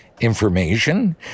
information